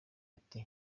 ati